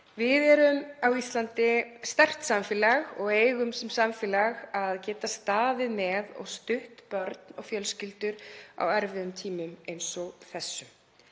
Við erum sterkt samfélag á Íslandi og eigum sem samfélag að geta staðið með og stutt börn og fjölskyldur á erfiðum tímum eins og þessum.